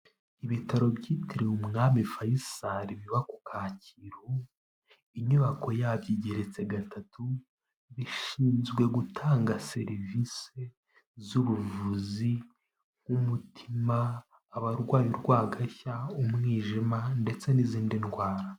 Ibitaro byitiriwe Umwami Faisal biba ku Kacyiru. Inyubako yabyo igeretse gatatu. Bishinzwe gutanga serivisi z'ubuvuzi bw'umutima. Abarwaye urwagashya, umwijima, ndetse n'izindi ndwara.